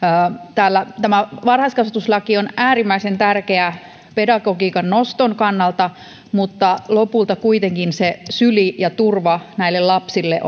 tämä varhaiskasvatuslaki on äärimmäisen tärkeä pedagogiikan noston kannalta mutta lopulta kuitenkin se syli ja turva näille lapsille